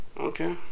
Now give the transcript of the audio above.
Okay